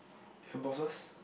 her bosses